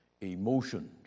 emotions